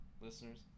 listeners